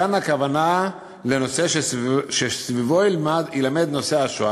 כאן הכוונה לנושא שסביבו יילמד נושא השואה,